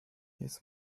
jetzt